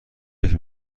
فکر